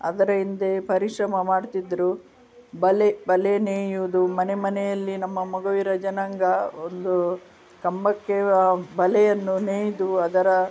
ಅದರ ಹಿಂದೆ ಪರಿಶ್ರಮ ಮಾಡ್ತಿದ್ದರು ಬಲೆ ಬಲೆ ನೇಯುವುದು ಮನೆ ಮನೆಯಲ್ಲಿ ನಮ್ಮ ಮೊಗವೀರ ಜನಾಂಗ ಒಂದು ಕಂಬಕ್ಕೆ ಆ ಬಲೆಯನ್ನು ನೇಯ್ದು ಅದರ